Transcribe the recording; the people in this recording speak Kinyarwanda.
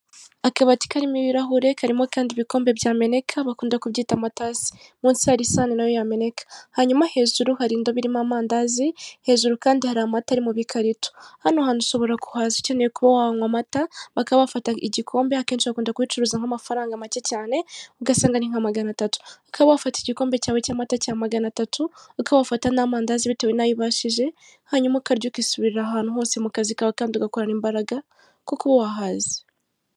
Akabati karimo ibirahure, karimo kandi ibikombe byameneka bakunda kubyita amatasi munsi hari isahani nayo yameneka, hanyuma hejuru hari indoboirimo amandazi, hejuru kandi hari amata ari mu bikarito. Hano hantu ushobora kuhaza ukeneye kuba wanywa amata bakaba bafata igikombe akenshi bakunda kubicuruza nk'amafaranga make cyane ugasanga ni nka magana atatu, ukaba wafata igikombe cyawe cy'amata cya magana atatu akaba wafata n'amandazi bitewe nayo ubashije, hanyuma ukarya ukisubirira ahantu hose mu kazi kawe kandi ugakorana imbaraga kuko uba wahaze.